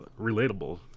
relatable